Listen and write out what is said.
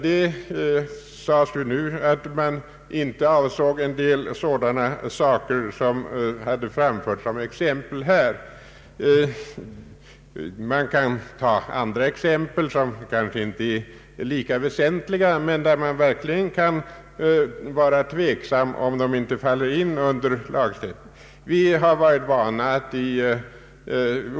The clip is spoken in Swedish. Det sades att man inte avsåg en del sådana saker som hade framförts som exempel här. Det finns andra exempel, som kanske inte är lika väsentliga men som kan vara lika tveksamma när det gäl ler att avgöra huruvida de faller in under lagstiftningen.